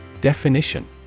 Definition